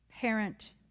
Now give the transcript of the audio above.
parent